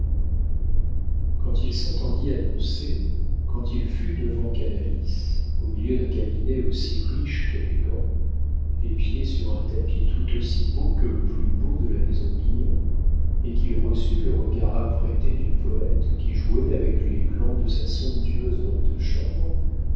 quand il s'entendit annoncer quand il fut devant canalis au milieu d'un cabinet aussi riche qu'élégant les pieds sur un tapis tout aussi beau que le plus beau de la maison mignon et qu'il reçut le regard apprêté du poëte qui jouait avec les glands de sa somptueuse robe de chambre